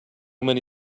many